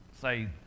Say